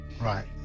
right